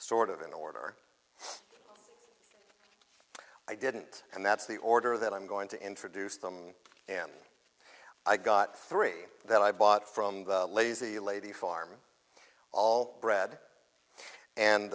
sort of in the order i didn't and that's the order that i'm going to introduce them and i got three that i bought from the lazy lady farm all bred and